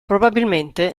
probabilmente